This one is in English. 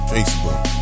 Facebook